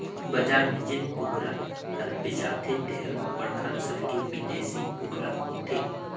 बजार में जेन कुकरा हर बेचाथे तेहर बड़खा नसल के बिदेसी कुकरा होथे